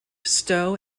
stow